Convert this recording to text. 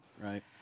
Right